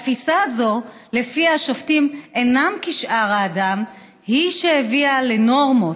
התפיסה הזאת שלפיה השופטים אינם כשאר האדם היא שהביאה לנורמות,